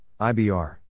IBR